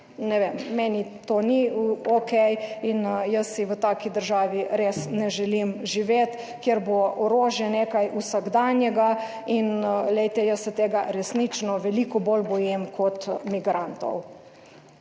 ne vem, meni to ni okej. Jaz si v taki državi res ne želim živeti, kjer bo orožje nekaj vsakdanjega. Glejte, jaz se tega resnično veliko bolj bojim kot migrantov.